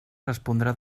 respondrà